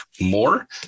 more